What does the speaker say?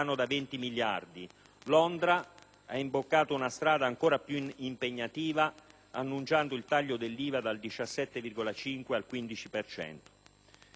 ha imboccato una strada ancora più impegnativa annunciando il taglio dell'IVA dal 17,5 al 15 per cento. Con il decreto-legge oggi in esame,